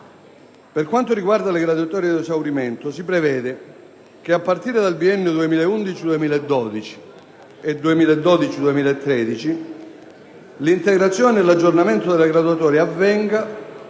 Per quanto riguarda le graduatorie ad esaurimento, si prevede che, a partire da biennio 2011-2012 e 2012-2013, l'integrazione e l'aggiornamento delle graduatorie avvenga